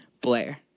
Blair